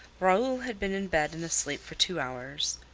raoul had been in bed and asleep for two hours.